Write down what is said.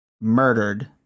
murdered